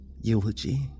eulogy